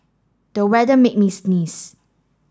the weather made me sneeze